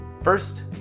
First